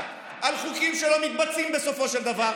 על חוקים שלא מתבצעים בסופו של דבר,